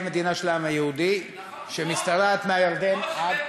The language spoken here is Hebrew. מדינה של העם היהודי שמשתרעת מהירדן עד,